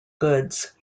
goods